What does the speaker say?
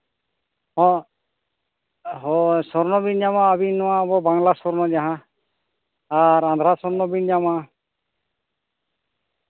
ᱦᱚᱸ ᱦᱳᱭ ᱥᱚᱨᱱᱚ ᱵᱤᱱ ᱧᱟᱢᱟ ᱟᱹᱵᱤᱱ ᱱᱚᱣᱟ ᱟᱵᱚ ᱵᱟᱝᱞᱟ ᱥᱚᱨᱱᱟ ᱡᱟᱦᱟᱸ ᱟᱨ ᱟᱱᱫᱷᱨᱟ ᱥᱚᱨᱱᱚ ᱵᱤᱱ ᱧᱟᱢᱟ